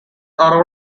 are